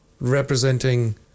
representing